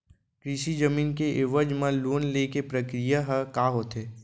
कृषि जमीन के एवज म लोन ले के प्रक्रिया ह का होथे?